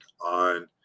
on